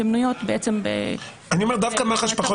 שמנויות -- אני אומר שדווקא מח"ש פחות